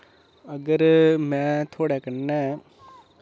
अगर में थुआड़े कन्नै